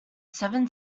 seven